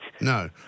No